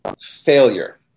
failure